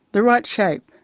the right shape,